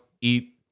eat